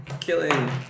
killing